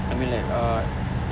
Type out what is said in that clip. I mean like uh